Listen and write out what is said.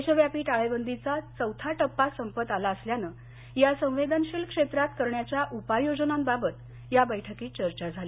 देशव्यापी टाळेबंदीचा चौथा टप्पा संपत आला असल्यानं या संवेदनशील क्षेत्रात करण्याच्या उपाययोजनांबाबत या बैठकीत चर्चा झाली